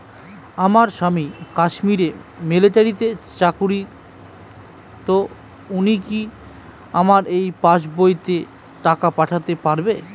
আমার স্বামী কাশ্মীরে মিলিটারিতে চাকুরিরত উনি কি আমার এই পাসবইতে টাকা পাঠাতে পারবেন?